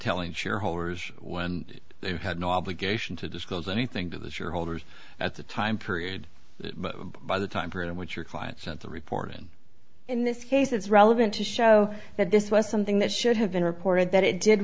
telling shareholders when they had no obligation to disclose anything to the shareholders at the time period by the time period in which your client sent the report and in this case it's relevant to show that this was something that should have been reported that it did